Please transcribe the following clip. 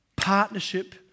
partnership